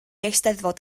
eisteddfod